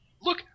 look